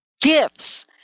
gifts